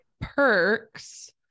perks